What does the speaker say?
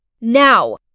Now